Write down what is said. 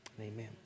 amen